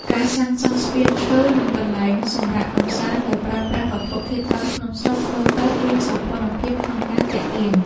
ការសាងសង់ស្ពានឈើនិងកន្លែងសម្រាកកម្សាន្តដែលប្រើប្រាស់វត្ថុធាតុដើមក្នុងស្រុកមើលទៅមានសោភ័ណភាពក្នុងការទាក់ទាញ។